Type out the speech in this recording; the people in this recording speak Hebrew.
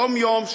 יום-יום,